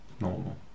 normal